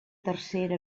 tercera